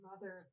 Mother